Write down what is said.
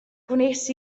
gwnes